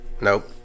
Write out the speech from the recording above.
Nope